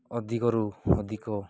ଅଧିକରୁ ଅଧିକ